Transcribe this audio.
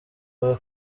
abe